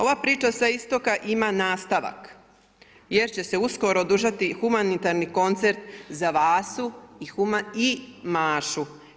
Ova priča sa istoka ima nastavak jer će se uskoro održati humanitarni koncert za Vasu i Mašu.